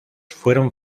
fueron